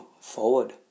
forward